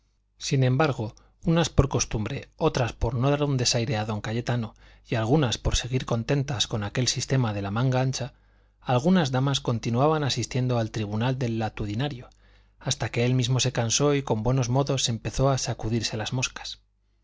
sin embargo unas por costumbre otras por no dar un desaire a don cayetano y algunas por seguir contentas con aquel sistema de la manga ancha algunas damas continuaban asistiendo al tribunal del latitudinario hasta que él mismo se cansó y con buenos modos empezó a sacudirse las moscas